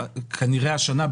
השנה,